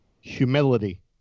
Humility